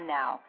now